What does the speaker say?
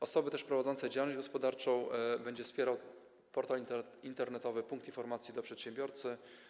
Osoby prowadzące działalność gospodarczą będzie wspierał portal internetowy Punkt Informacji dla Przedsiębiorcy.